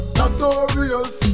notorious